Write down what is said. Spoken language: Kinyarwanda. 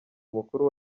mukuru